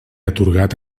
atorgat